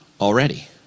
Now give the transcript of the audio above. already